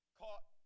caught